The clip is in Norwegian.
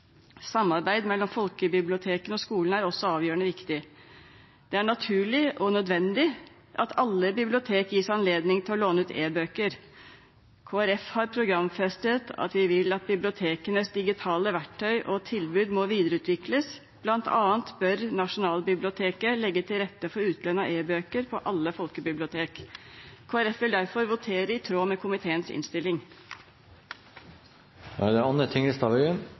Samarbeid mellom folkebibliotekene og skolen er også avgjørende viktig. Det er naturlig og nødvendig at alle bibliotek gis anledning til å låne ut e-bøker. Kristelig Folkeparti har programfestet at vi vil at bibliotekenes digitale verktøy og tilbud må videreutvikles, bl.a. bør Nasjonalbiblioteket legge til rette for utlån av e-bøker på alle folkebibliotek. Kristelig Folkeparti vil derfor votere i tråd med komiteens